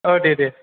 औ दे दे